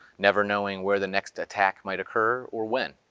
never knowing where the next attack might occur, or when.